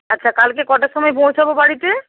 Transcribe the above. আচ্ছা কালকে কটার সময় পৌঁছাব বাড়িতে